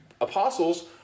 apostles